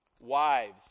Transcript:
Wives